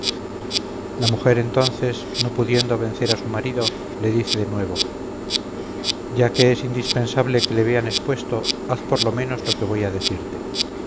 la mujer entonces no pudiendo vencer a su marido le dice de nuevo ya que es indispensable que le vean expuesto haz por lo menos lo que voy a decirte